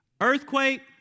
Earthquake